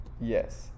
Yes